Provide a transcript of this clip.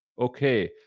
Okay